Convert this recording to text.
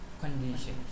condition